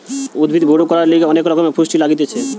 উদ্ভিদ বড় করার লিগে অনেক রকমের পুষ্টি লাগতিছে